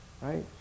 right